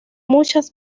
muchas